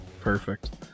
perfect